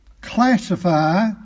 classify